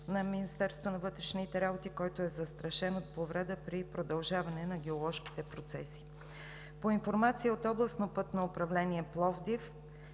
на Министерството на вътрешните работи, който е застрашен от повреда при продължаване на геоложките процеси. По информация от Областно пътно управление – Пловдив,